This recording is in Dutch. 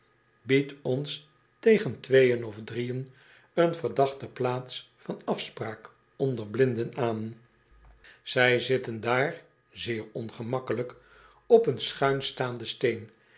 biedt ons tegen tweeën of drieën een verdachte plaats van afspraak onder blinden aan zy zitten daar zeer ongemakkelijk op een schuins staanden steen